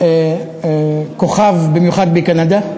כוכב, במיוחד בקנדה,